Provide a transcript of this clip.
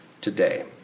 today